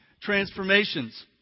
transformations